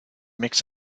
mix